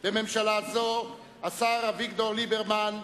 בממשלה זו, השר אביגדור ליברמן,